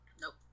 Nope